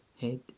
head